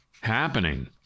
happening